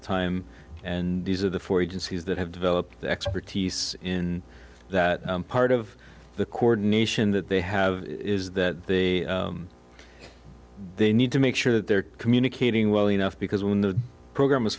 to time and these are the four he concedes that have developed expertise in that part of the chord nation that they have is that they need to make sure that they're communicating well enough because when the program was